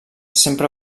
sempre